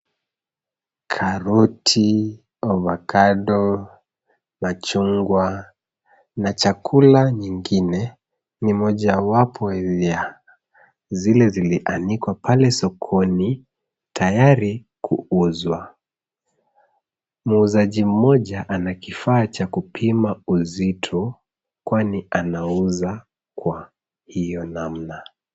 Karoti, avokado, machungwa na chakula nyingine ni mojawapo ya zile zilianikwa pale sokoni tayari kuuzwa. Mmuuzaji moja ana kifaa cha kupima uzito, kwani anauza kwa hiyo namna.